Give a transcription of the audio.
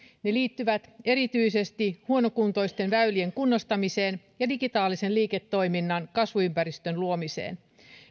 ne liittyvät erityisesti huonokuntoisten väylien kunnostamiseen ja digitaalisen liiketoiminnan kasvuympäristön luomiseen